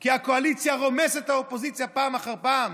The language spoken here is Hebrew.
כי הקואליציה רומסת את האופוזיציה פעם אחר פעם.